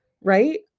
right